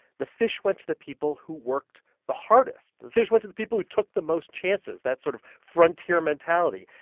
the fish went to the people who worked the hardest. the fish went to the people who took the most chances, that sort of frontier mentality.